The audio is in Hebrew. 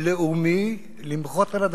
אני לא התכוונתי בבוקר זה